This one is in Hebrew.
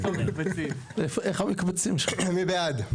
מי בעד?